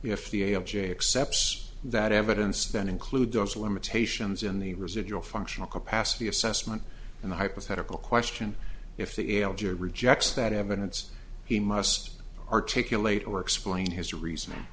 if the of j accepts that evidence then include those limitations in the residual functional capacity assessment in the hypothetical question if the l g a rejects that evidence he must articulate or explain his re